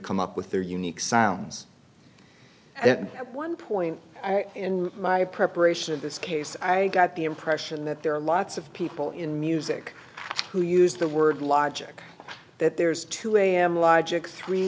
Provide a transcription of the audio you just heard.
come up with their unique sounds and at one point in my preparation of this case i got the impression that there are lots of people in music who use the word logic that there's two am logic three